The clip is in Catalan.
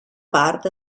part